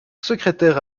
secrétaire